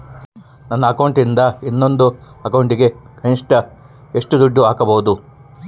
ನನ್ನ ಅಕೌಂಟಿಂದ ಇನ್ನೊಂದು ಅಕೌಂಟಿಗೆ ಕನಿಷ್ಟ ಎಷ್ಟು ದುಡ್ಡು ಹಾಕಬಹುದು?